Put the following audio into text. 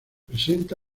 presenta